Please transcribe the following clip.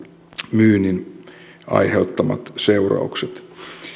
myynnin aiheuttamat seuraukset